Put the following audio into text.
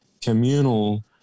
communal